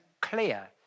clear